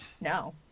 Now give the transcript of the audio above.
No